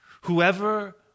Whoever